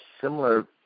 similar